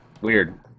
Weird